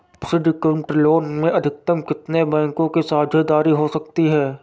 Syndicate loan में अधिकतम कितने बैंकों की साझेदारी हो सकती है?